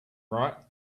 right